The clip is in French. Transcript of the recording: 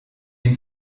une